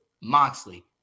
moxley